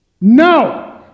No